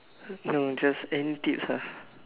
no just any tips ah